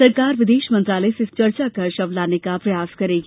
सरकार विदेश मंत्रालय से सरकार चर्चा कर शव लाने का प्रयास करेगी